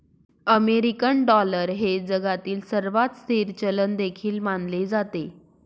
American dollar हे जगातील सर्वात स्थिर चलन देखील मानले जाते